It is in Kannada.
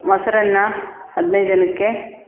ಮೊಸರನ್ನ ಹದಿನೈದು ಜನಕ್ಕೆ